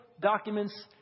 documents